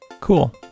Cool